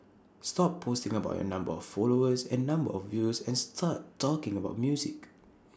stop posting about your number of followers and number of views and start talking about music